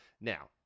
Now